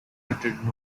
uttered